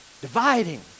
dividing